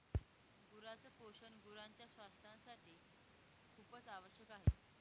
गुरांच पोषण गुरांच्या स्वास्थासाठी खूपच आवश्यक आहे